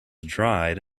dried